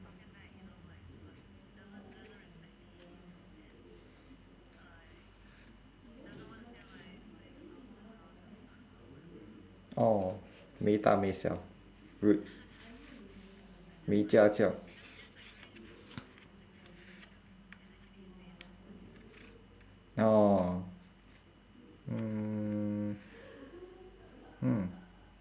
orh 没大没小 rude 没家教 orh mm hmm